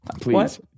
Please